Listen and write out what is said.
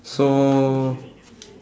so